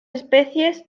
especies